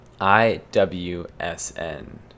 I-W-S-N